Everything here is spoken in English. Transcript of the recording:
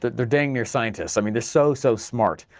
they're dang-near scientists, i mean they're so, so smart,